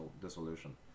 dissolution